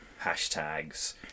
hashtags